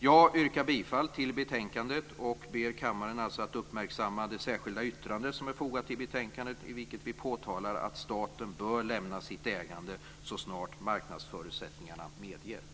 Jag yrkar bifall till förslaget i utskottets betänkande och ber kammaren att uppmärksamma det särskilda yttrande som är fogat till betänkandet, i vilket vi påtalar att staten bör lämna sitt ägande så snart marknadsförutsättningarna medger det.